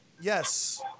Yes